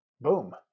Boom